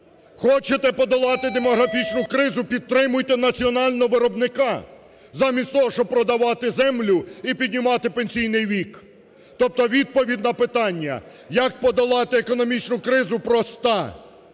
Хочете подолати демографічну кризу, підтримуйте національного виробника, замість того, щоб продавати землю і піднімати пенсійний вік. Тобто відповідь на питання, як подолати економічну кризу, проста: